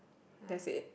that's it